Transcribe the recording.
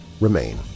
remain